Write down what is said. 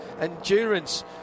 Endurance